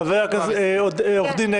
חבר הכנסת קרעי,